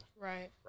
Right